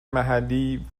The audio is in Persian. محلی